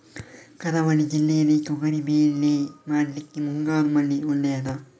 ಕರಾವಳಿ ಜಿಲ್ಲೆಯಲ್ಲಿ ತೊಗರಿಬೇಳೆ ಮಾಡ್ಲಿಕ್ಕೆ ಮುಂಗಾರು ಮಳೆ ಒಳ್ಳೆಯದ?